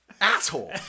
asshole